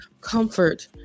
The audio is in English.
comfort